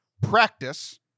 practice